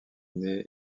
née